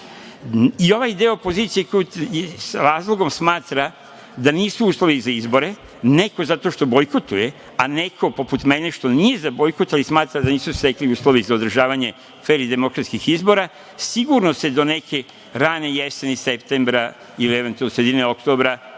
i ovaj deo opozicije koji sa razlogom smatra da nisu uslovi za izbore, neko zato što bojkotuje, a neko poput mene, što nije za bojkot ali smatra da se nisu stekli uslovi za održavanje fer i demokratskih izbora. Sigurno bi se do neke rane jeseni, septembra ili eventualno sredine oktobra